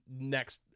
next